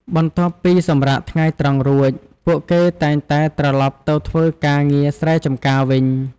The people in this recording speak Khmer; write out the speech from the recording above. បន្ទាប់ពីសម្រាកថ្ងៃត្រង់រួច ពួកគេតែងតែត្រឡប់ទៅធ្វើការងារស្រែចម្ការវិញ។